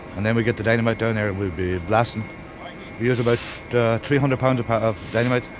and then we get the dynamite down there and we be blasting. we use about three hundred pounds ah of dynamite